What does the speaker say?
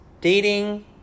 dating